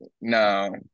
No